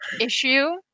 issue